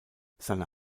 seine